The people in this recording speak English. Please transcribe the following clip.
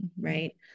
right